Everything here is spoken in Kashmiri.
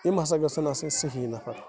یِم ہسا گژھن آسٕنۍ صحیح نَفر